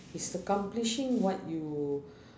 is accomplishing what you